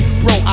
bro